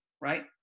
right